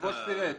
היושב-ראש פירט.